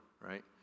right